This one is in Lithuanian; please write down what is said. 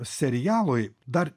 serialui dar